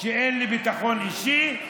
אין לי ביטחון אישי?